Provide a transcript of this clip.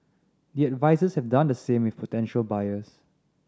the advisers have done the same with potential buyers